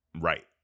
Right